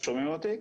שומעים אותי?